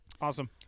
awesome